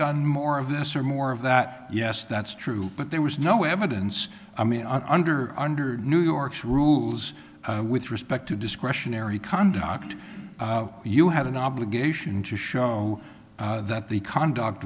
done more of this or more of that yes that's true but there was no evidence i mean under under new york's rules with respect to discretionary conduct you have an obligation to show that the conduct